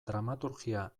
dramaturgia